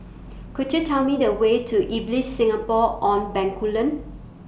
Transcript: Could YOU Tell Me The Way to Ibis Singapore on Bencoolen